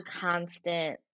constant